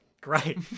Great